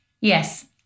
Yes